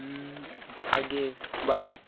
ᱵᱷᱟᱹᱜᱤ ᱵᱟᱹᱲᱤᱡ